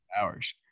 hours